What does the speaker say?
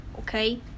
Okay